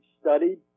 studied